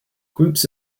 groups